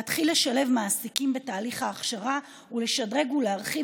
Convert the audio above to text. להתחיל לשלב מעסיקים בתהליך ההכשרה ולשדרג ולהרחיב